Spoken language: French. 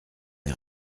les